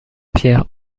pierre